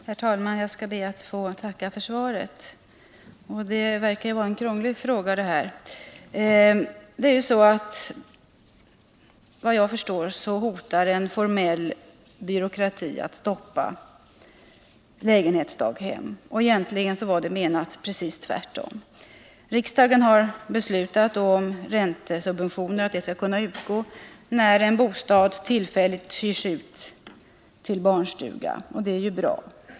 Herr talman! Jag skall be att få tacka för svaret. Det här verkar ju vara en krånglig fråga. Såvitt jag förstår hotar en formell byråkrati att stoppa lägenhetsdaghem. Egentligen var det menat precis tvärtom. Riksdagen har beslutat att räntesubventioner skall kunna utgå när en bostad tillfälligt hyrs ut till barnstuga, och det är ju bra.